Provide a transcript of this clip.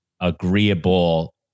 agreeable